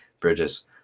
Bridges